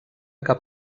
cap